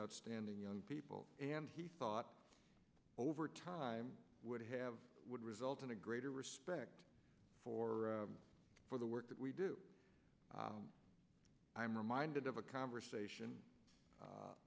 outstanding young people and he thought over time would have would result in a greater respect for for the work that we do i'm reminded of a conversation